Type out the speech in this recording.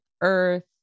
Earth